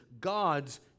God's